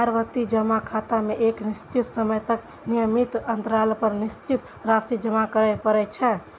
आवर्ती जमा खाता मे एक निश्चित समय तक नियमित अंतराल पर निश्चित राशि जमा करय पड़ै छै